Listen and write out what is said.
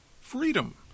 freedom